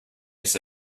miss